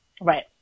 Right